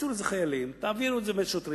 תקצו לזה חיילים, תעבירו את זה בין שוטרים.